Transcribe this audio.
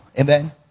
amen